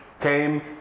came